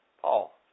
Paul